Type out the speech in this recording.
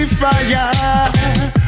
fire